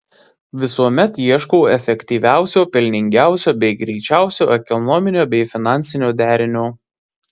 visuomet ieškau efektyviausio pelningiausio bei greičiausio ekonominio bei finansinio derinio